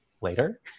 later